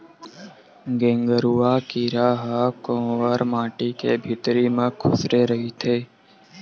गेंगरूआ कीरा ह कोंवर माटी के भितरी म खूसरे रहिथे